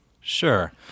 Sure